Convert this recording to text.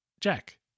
jack